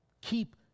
Keep